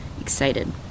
excited